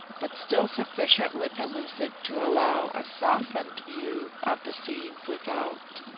but still sufficiently pellucid to allow a softened view of the scene without.